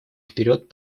вперед